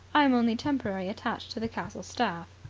i am only temporarily attached to the castle staff.